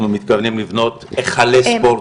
אנחנו מתכוונים לבנות היכלי ספורט,